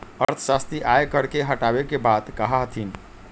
अर्थशास्त्री आय कर के हटावे के बात कहा हथिन